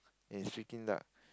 and it's freaking dark